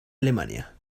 alemania